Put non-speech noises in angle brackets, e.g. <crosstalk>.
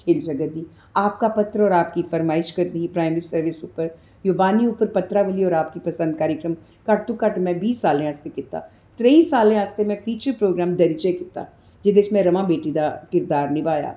खेल जगत दी आपका पत्र होर आपका फरमाईश करदी ही <unintelligible> युवानी उप्पर पत्रा बी आपकी पसंद कार्यक्रम घट तू घट में बीह् सालें आस्तै कीता त्रेई सालें आस्तै में फीचर प्रोग्राम दरीचे कीता जेह्दे च में रमा बेटी दा किरदार नभाया